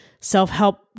self-help